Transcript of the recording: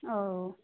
औ